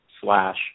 slash